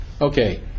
Okay